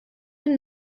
min